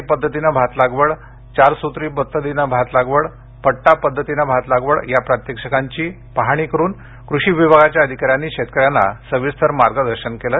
T पद्धतीनं भात लागवड चार सूत्री पद्धतीनं भात लागवड पट्टा पद्धतीनं भात लागवड या प्रात्यक्षिकांची प्रत्यक्ष पहाणी करून क्रषी विभागाच्या अधिकाऱ्यांनी शेतकऱ्यांना सविस्तर मार्गदर्शन केलं